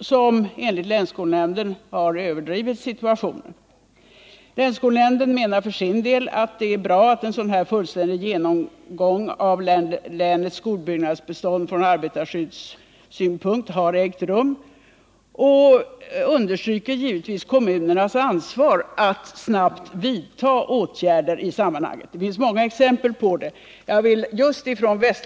som enligt länsskolnämnden har överdrivit situationen. Länsskolnämnden menar för sin del att det är bra att en sådan här fullständig genomgång av länets skolbyggnadsbestånd från arbetarskyddssynpunkt har ägt rum och understryker givetvis kommunernas ansvar för att åtgärder snabbt vidtas. Det finns många exempel på att detta också har gjorts.